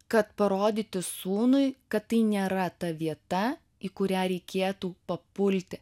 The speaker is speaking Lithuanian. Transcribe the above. kad parodyti sūnui kad tai nėra ta vieta į kurią reikėtų papulti